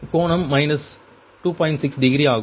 6 degree ஆகும்